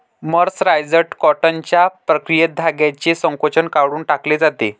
mercerised कॉटनच्या प्रक्रियेत धाग्याचे संकोचन काढून टाकले जाते